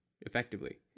effectively